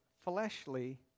fleshly